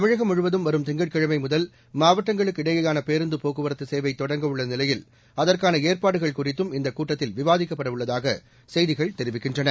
தமிழகம் முழுவதும் வரும் திங்கட்கிழமை முதல் மாவட்டங்களுக்கு இடையேயான பேருந்து போக்குவரத்து சேவை தொடங்கவுள்ள நிலையில் அதற்கான ஏற்பாடுகள் குறித்தும் இந்தக் கூட்டத்தில் விவாதிக்கப்படவுள்ளதாக செய்திகள் தெரிவிக்கின்றன